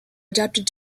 adapted